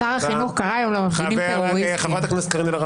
(קריאות) רבותיי, רבותיי.